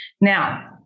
Now